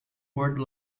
wore